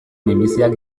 minbiziak